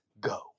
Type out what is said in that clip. go